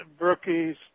brookies